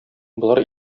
болар